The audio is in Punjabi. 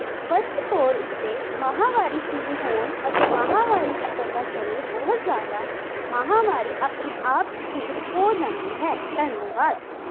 ਸਪਸ਼ਟ ਤੌਰ ਉੱਤੇ ਮਾਹਵਾਰੀ ਸ਼ੁਰੂ ਹੋਣ ਅਤੇ ਮਾਹਵਾਰੀ ਰੁਕਣ ਦਾ ਸਮੇਂ ਬਹੁਤ ਜ਼ਿਆਦਾ ਮਾਹਵਾਰੀ ਆਪਣੇ ਆਪ ਸਥਿਰ ਹੋ ਜਾਂਦੀ ਹੈ ਧੰਨੇਵਾਦ